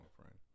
friend